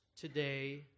today